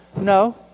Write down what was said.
no